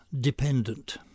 dependent